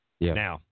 Now